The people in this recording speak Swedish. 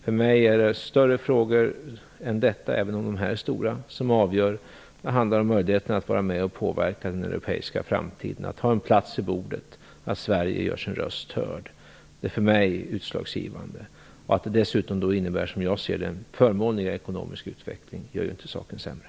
För mig är det större frågor än dessa, även om de här är stora, som avgör. Det handlar om möjligheten att vara med och påverka den europeiska framtiden. Att ha en plats vid bordet och att Sverige gör sin röst hörd är för mig det utslagsgivande. Att det dessutom, som jag ser saken, innebär en förmånligare ekonomisk utveckling gör inte saken sämre.